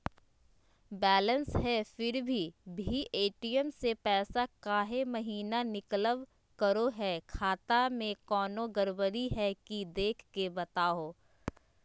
Balance है फिर भी भी ए.टी.एम से पैसा काहे महिना निकलब करो है, खाता में कोनो गड़बड़ी है की देख के बताहों?